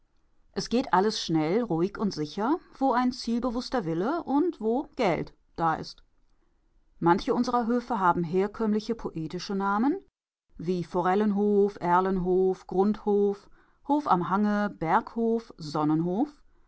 es geht alles schnell ruhig und sicher wo ein zielbewußter wille und wo geld da ist manche unserer höfe haben herkömmliche poetische namen wie forellenhof erlenhof grundhof hof am hange berghof